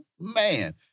Man